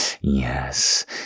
yes